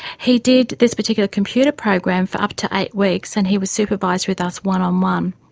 he did this particular computer program for up to eight weeks and he was supervised with us one um um